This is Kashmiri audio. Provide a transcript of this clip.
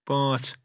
پانٛژھ